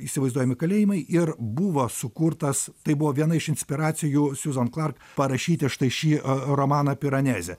įsivaizduojami kalėjimai ir buvo sukurtas tai buvo viena iš inspiracijų siuzan klark parašyti štai šį romaną piranezė